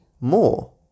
more